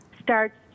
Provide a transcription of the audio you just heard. starts